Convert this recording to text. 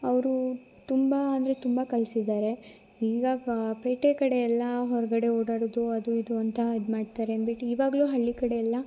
ಅವರು ತುಂಬ ಅಂದರೆ ತುಂಬ ಕಲಿಸಿದ್ದಾರೆ ಇವಾಗ ಪೇಟೆ ಕಡೆಯೆಲ್ಲ ಹೊರಗಡೆ ಓಡಾಡೋದು ಅದು ಇದು ಅಂತ ಇದುಮಾಡ್ತಾರೆ ಅನ್ಬಿಟ್ಟು ಇವಾಗಲು ಹಳ್ಳಿ ಕಡೆಯೆಲ್ಲ